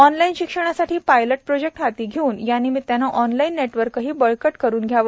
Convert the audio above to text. online शिक्षणासाठी pilot project हाती धेऊन यानिमित्ताने ऑनलाइन नेटवर्कही बळकट करून घ्यावे